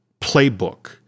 playbook